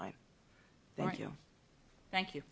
i thank you thank you